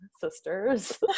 sisters